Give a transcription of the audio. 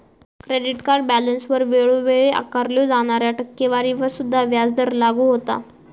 credit card बॅलन्सवर वेळोवेळी आकारल्यो जाणाऱ्या टक्केवारीवर सुद्धा व्याजदर लागू होता